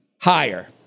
Higher